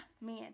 Man